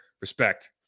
Respect